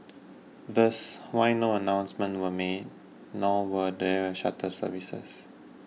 thus why no announcements were made nor were there shuttle services